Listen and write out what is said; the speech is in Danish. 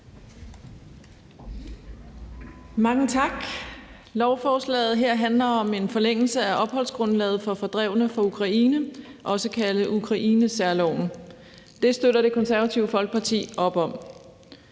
Mange tak. Lovforslaget her handler om en forlængelse af opholdsgrundlaget for fordrevne fra Ukraine, også kaldet Ukrainesærloven. Det støtter Det Konservative Folkeparti op om.